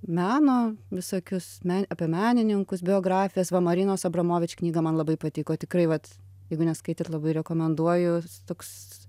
meno visokius apie menininkus biografijas va marinos abramovič knyga man labai patiko tikrai vat jeigu neskaitėt labai rekomenduoju toks